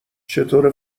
چطوره